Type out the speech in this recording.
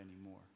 anymore